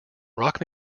rock